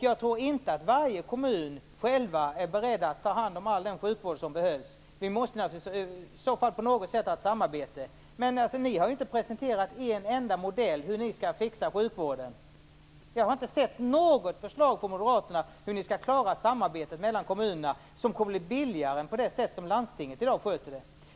Jag tror inte att man i varje kommun själv är beredd att ta hand om all den sjukvård som behövs. Vi måste naturligtvis i så fall på något sätt ha ett samarbete. Ni har inte presenterat en enda modell på hur ni skall fixa sjukvården. Jag har inte sett något förslag från moderaterna på hur ni skall klara samarbetet mellan kommunerna på ett sätt som är billigare än det sätt som landstinget sköter det på i dag.